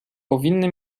powinny